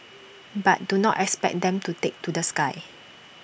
but do not expect them to take to the sky